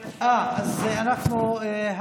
2078, 2080, 2085 ו-2086.